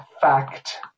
fact